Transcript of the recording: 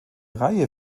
reihe